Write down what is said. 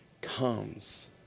comes